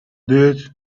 days